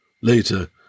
Later